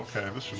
travis